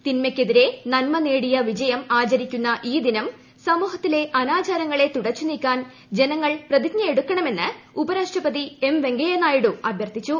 തിന്മക്കെതിരെ നന്മ നേടിയ വിജയം ആചരിക്കുന്ന ഈ ദിനം സമൂഹത്തിലെ അനാചാരങ്ങളെ തുടച്ചുനീക്കാൻ ജനങ്ങൾ പ്രതിജ്ഞ എടുക്കണമെന്ന് ഉപരാഷ്ട്രപതി വെങ്കയ്യ നായിഡു അഭ്യർത്ഥിച്ചു